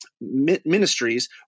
ministries